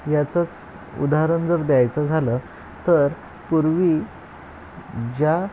याचंच उदाहरण जर द्यायचं झालं तर पूर्वी ज्या